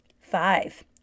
Five